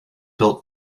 built